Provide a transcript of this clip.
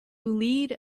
lead